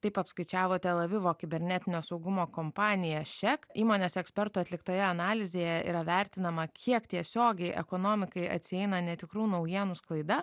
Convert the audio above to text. taip apskaičiavo telavivo kibernetinio saugumo kompanija šek įmonės ekspertų atliktoje analizėje yra vertinama kiek tiesiogiai ekonomikai atsieina netikrų naujienų sklaida